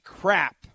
crap